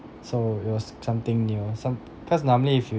so it was something new some cause normally if you